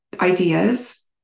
ideas